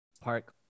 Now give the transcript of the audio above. park